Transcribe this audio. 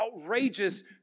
outrageous